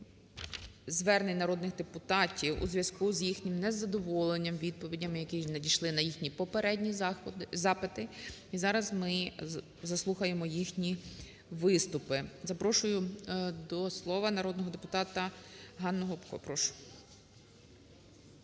звернень народних депутатів у зв'язку з їхнім незадоволенням відповідями, які надійшли на їхні попередні заходи. І зараз ми заслухаємо їхні виступи. Запрошую до слова народного депутата ГаннуГопко, прошу.